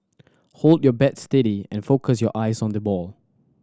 hold your bat steady and focus your eyes on the ball